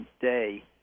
day